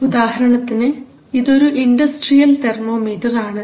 ഉദാഹരണത്തിന് ഇത് ഒരു ഇൻഡസ്ട്രിയൽ തെർമോമീറ്റർ ആണ്